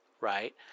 right